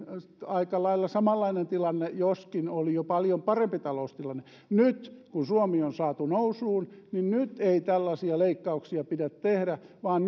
aika lailla samanlainen tilanne joskin oli jo paljon parempi taloustilanne nyt kun suomi on saatu nousuun niin nyt ei tällaisia leikkauksia pidä tehdä vaan